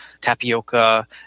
tapioca